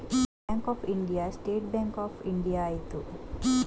bank of India State Bank of India ಆಯಿತು